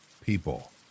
People